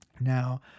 Now